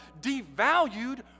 devalued